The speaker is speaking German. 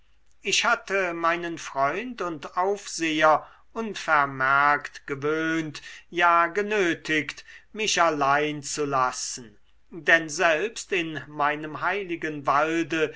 ich hatte meinen freund und aufseher unvermerkt gewöhnt ja genötigt mich allein zu lassen denn selbst in meinem heiligen walde